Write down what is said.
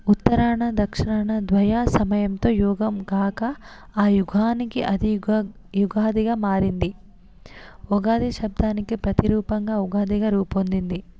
ఉత్తరాన దక్షిణాన ద్వయా సమయంతో యోగం కాక ఆ యుగానిక అదియుగ ఉగాదిగా మారింది ఉగాది శబ్దానికి ప్రతిరూపంగా ఉగాదిగా రూపొందింది